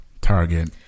Target